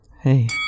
Hey